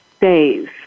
days